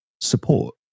support